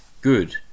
good